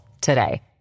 today